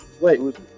Wait